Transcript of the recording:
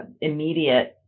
immediate